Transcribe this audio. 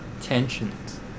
tensions